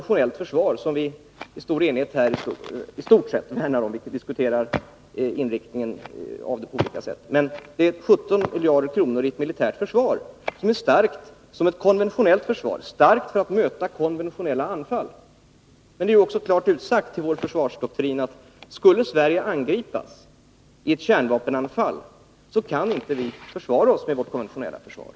Det är ett försvar som vi i stort sett i enighet värnar om — vi diskuterar inriktningen av det på olika sätt. Det är ett militärt försvar för 17 miljarder kronor, och det är starkt som konventionellt försvar, när det gäller att möta konventionella anfall. Men det är ju också klart utsagt i vår försvarsdoktrin att skulle Sverige angripas i ett kärnvapenanfall, så kan vi inte försvara oss med vårt konventionella försvar.